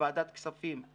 בוועדת הכספים,